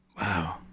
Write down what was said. Wow